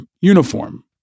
uniform